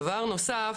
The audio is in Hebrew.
דבר נוסף